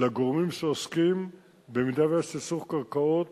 לגורמים שעוסקים בדבר אם יש סכסוך קרקעות